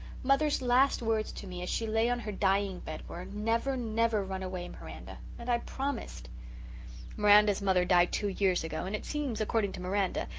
mother's last words to me, as she lay on her dying-bed, were, never, never run away, miranda, and i promised miranda's mother died two years ago, and it seems, according to miranda,